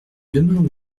demain